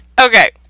Okay